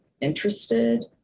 interested